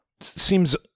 Seems